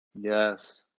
Yes